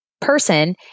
person